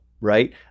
right